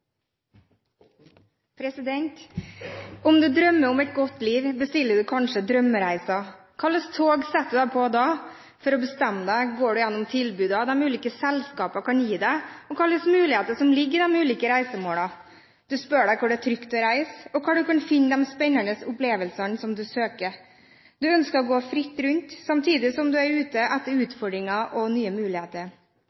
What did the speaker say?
Om du drømmer om et godt liv, bestiller du kanskje drømmereisen. Hvilket tog setter du deg på da? For å bestemme deg går du gjennom tilbudene de ulike selskapene kan gi deg om hvilke muligheter som ligger i de ulike reisemålene. Du spør deg hvor det er trygt å reise, og hvor du kan finne de spennende opplevelsene du søker. Du ønsker å gå fritt rundt, samtidig som du er ute etter utfordringer og nye muligheter. Skal du være der lenge, er